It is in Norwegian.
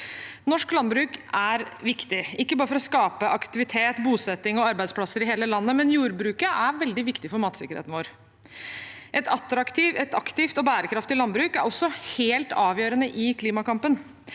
Norsk landbruk er viktig, ikke bare for å skape aktivitet, bosetting og arbeidsplasser i hele landet, men jordbruket er veldig viktig for matsikkerheten vår. Et aktivt og bærekraftig landbruk er også helt avgjørende i klimakampen.